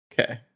Okay